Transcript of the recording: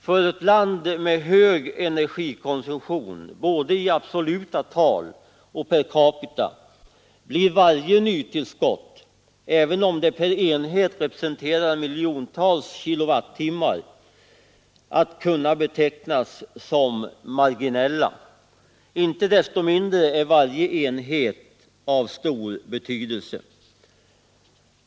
För ett land med hög energikonsumtion både i absoluta tal och per capita kommer varje nytillskott — även om det per enhet representerar miljontals kWh — att kunna betecknas som marginellt. Inte desto mindre är varje enhet av stor betydelse.